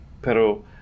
pero